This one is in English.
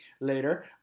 later